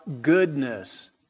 goodness